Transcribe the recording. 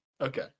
Okay